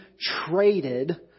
traded